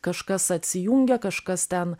kažkas atsijungia kažkas ten